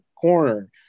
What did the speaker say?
corner